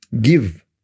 give